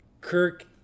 Kirk